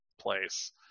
place